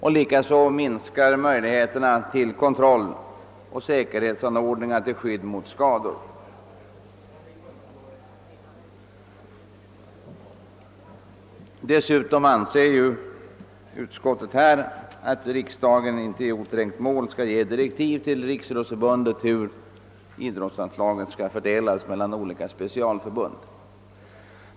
Likaledes minskar möjligheterna att utöva kontroll och att upprätthålla säkerhetsanordningar till skydd mot skador. Dessutom anser utskottet att riksdagen inte i oträngt mål skall ge direktiv till Riksidrottsförbundet rörande fördelningen av idrottsanslaget mellan olika specialförbund.